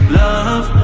love